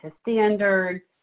standards